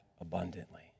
abundantly